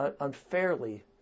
unfairly